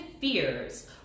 fears